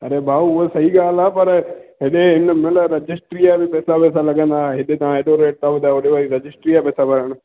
अड़े भाऊ उहा सही ॻाल्हि आहे पर हेॾे हिननि लाइ रजिस्ट्री या बि पैसा वैसा लॻंदा हेॾे तव्हां हेॾो रेट था ॿुधायो हेॾे वरी रजिस्ट्री जा पैसा लॻनि